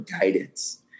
guidance